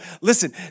listen